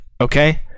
okay